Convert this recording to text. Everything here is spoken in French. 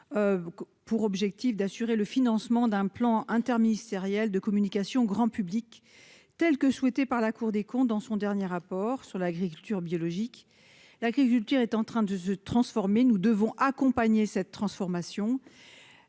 pour objectif d'assurer le financement d'un plan interministériel de communication grand public, telle que souhaitée par la Cour des comptes dans son dernier rapport sur l'agriculture biologique, l'agriculture est en train de se transformer, nous devons accompagner cette transformation,